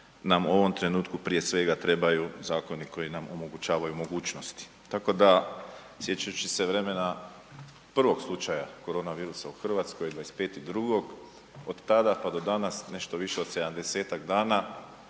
nam u ovom trenutku, prije svega trebaju zakoni koji nam omogućavaju mogućnost. Tako da, sjećajući se vremena prvog slučaja koronavirusa u Hrvatskoj 25.2., od tada pa do danas, nešto više od 70-tak